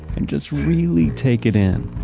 and just really take it in.